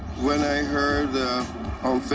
when i heard the